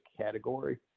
category